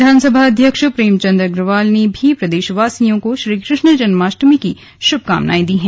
विधानसभा अध्यक्ष प्रेमचंद अग्रवाल ने भी प्रदेशवासियों को श्रीकृष्ण जन्मोत्सव की शुभकामनाएं दी है